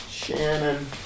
Shannon